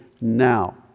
now